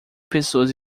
pessoas